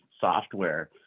software